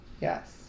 Yes